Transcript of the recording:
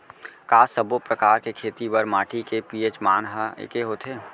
का सब्बो प्रकार के खेती बर माटी के पी.एच मान ह एकै होथे?